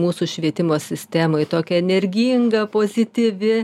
mūsų švietimo sistemoj tokia energinga pozityvi